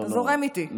אתה זורם איתי.